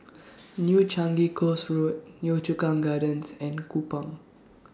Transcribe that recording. New Changi Coast Road Yio Chu Kang Gardens and Kupang